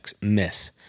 miss